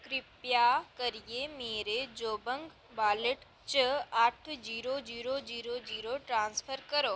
किरपा करियै मेरे जोबंग वालेट च अट्ठ zero zero zero zero transfer करो